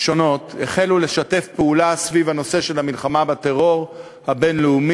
שונות החלו לשתף פעולה סביב הנושא של המלחמה בטרור הבין-לאומי,